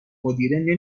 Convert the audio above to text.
مدیره